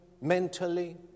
mentally